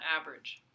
average